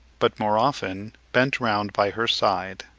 but more often bent round by her side.